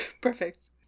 Perfect